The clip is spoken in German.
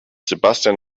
sebastian